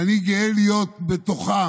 ואני גאה להיות בתוכם,